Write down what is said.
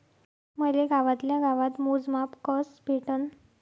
मले गावातल्या गावात मोजमाप कस भेटन?